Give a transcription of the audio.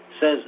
says